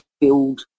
build